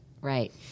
right